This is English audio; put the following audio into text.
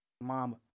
mom